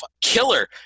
killer